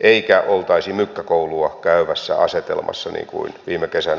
eikä oltaisi mykkäkoulua käyvässä asetelmassa niin kuin viime kesänä oli asianlaita